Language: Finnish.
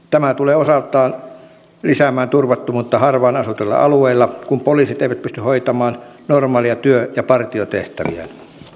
tämä tulee osaltaan lisäämään turvattomuutta harvaan asutuilla alueilla kun poliisit eivät pysty hoitamaan normaaleja työ ja partiotehtäviään